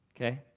Okay